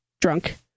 drunk